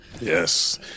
Yes